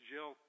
Jill